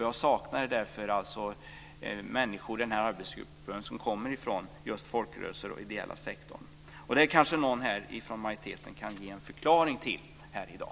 Jag saknar därför människor i den här arbetsgruppen som kommer från just folkrörelserna och den ideella sektorn. Det kanske någon från majoriteten kan ge en förklaring till här i dag.